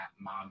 mom